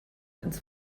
ins